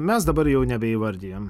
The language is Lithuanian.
mes dabar jau nebeįvardijam